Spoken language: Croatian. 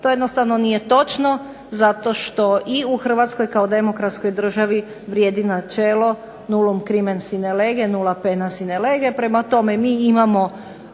To jednostavno nije točno zato što i u Hrvatskoj kao demokratskoj državi vrijedi načelo nulum crimen sine lege nula pena sine lege. Prema tome, mi imamo